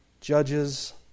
judges